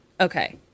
Okay